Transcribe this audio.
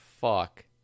fuck